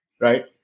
Right